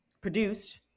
produced